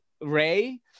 Ray